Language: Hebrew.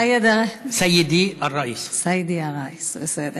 סייד א-ראיס, בסדר.